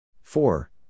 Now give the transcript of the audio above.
Four